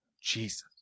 Jesus